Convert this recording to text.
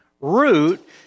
root